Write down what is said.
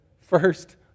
First